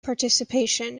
participation